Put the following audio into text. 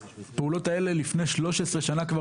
הפעולות האלה הסתיימו כבר לפני 13 שנה.